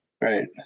Right